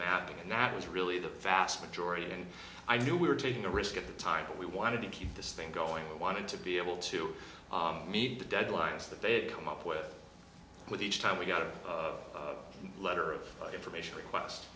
mapping and that was really the vast majority and i knew we were taking a risk at the time but we wanted to keep this thing going we wanted to be able to meet the deadlines that they had come up with with each time we got a letter of information request